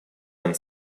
and